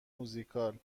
موزیکال